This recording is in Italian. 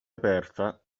aperta